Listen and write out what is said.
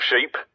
sheep